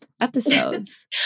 episodes